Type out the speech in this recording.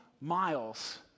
miles